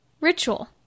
ritual